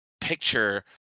picture